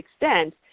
extent